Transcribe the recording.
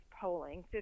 polling